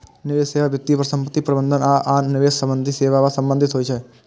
निवेश सेवा वित्तीय परिसंपत्ति प्रबंधन आ आन निवेश संबंधी सेवा सं संबंधित होइ छै